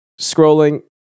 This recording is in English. scrolling